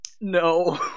No